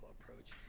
approach